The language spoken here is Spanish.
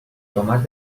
tomás